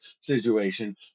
situation